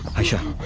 ayesha,